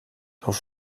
though